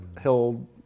held